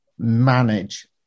manage